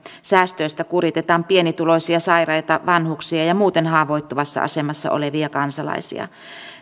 säästöistä kuritetaan pienituloisia sairaita vanhuksia ja ja muuten haavoittuvassa asemassa olevia kansalaisia